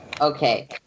Okay